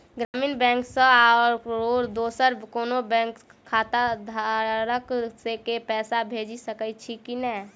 ग्रामीण बैंक सँ आओर दोसर कोनो बैंकक खाताधारक केँ पैसा भेजि सकैत छी की नै?